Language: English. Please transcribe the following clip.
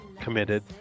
committed